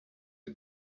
are